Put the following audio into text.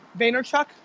Vaynerchuk